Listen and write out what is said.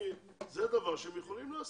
זה דבר שהם יכולים לעשות.